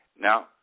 Now